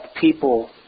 people